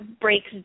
breaks